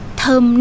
thơm